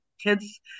kids